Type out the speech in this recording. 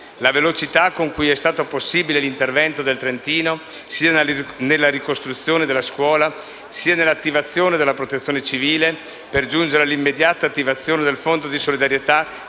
La velocità con cui è stato possibile l'intervento del Trentino, sia nella ricostruzione della scuola, sia nell'attivazione della Protezione civile, per giungere all'immediata attivazione del fondo di solidarietà